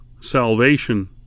salvation